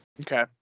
Okay